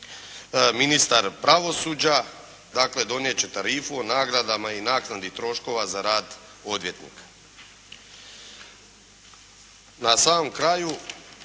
ministar pravosuđa, dakle donijet će tarifu o nagradama i naknadi troškova za rad odvjetnika.